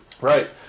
Right